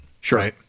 Sure